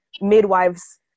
midwives